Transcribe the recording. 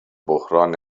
بحران